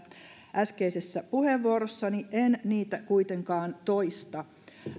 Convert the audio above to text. äskeisessä puheenvuorossani en niitä kuitenkaan toista